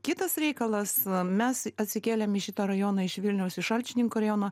kitas reikalas mes atsikėlėm į šitą rajoną iš vilniaus į šalčininkų rajoną